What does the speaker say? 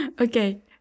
Okay